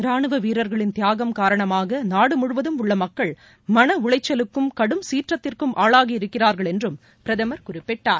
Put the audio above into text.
ராணுவ வீரர்களின் தியாகம் காரணமாக நாடு முழுவதும் உள்ள மக்கள் மன உளைச்சலுக்கும் கடும் சீற்றத்திற்கும் ஆளாகி இருக்கிறார்கள் என்றும் பிரதமர் குறிப்பிட்டார்